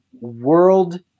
world